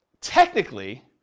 technically